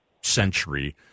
century—